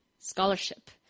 scholarship